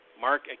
Mark